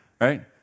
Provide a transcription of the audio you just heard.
right